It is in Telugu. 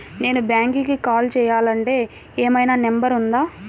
నేను బ్యాంక్కి కాల్ చేయాలంటే ఏమయినా నంబర్ ఉందా?